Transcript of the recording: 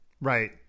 right